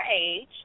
age